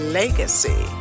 legacy